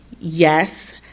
yes